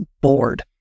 bored